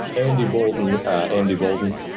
andy bolton. andy bolton.